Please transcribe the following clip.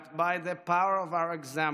but by the power of our example.